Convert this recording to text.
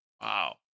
Wow